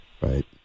Right